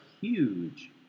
huge